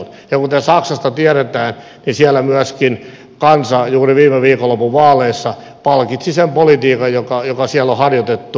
ja kuten saksasta tiedetään niin siellä myöskin kansa juuri viime viikonlopun vaaleissa palkitsi sen politiikan jota siellä on harjoitettu